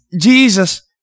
Jesus